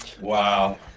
Wow